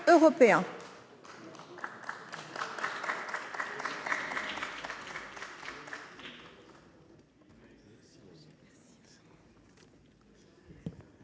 Merci